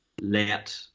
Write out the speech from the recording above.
let